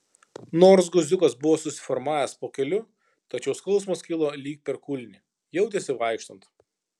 nors guziukas buvo susiformavęs po keliu tačiau skausmas kilo lyg per kulnį jautėsi vaikštant